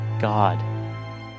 God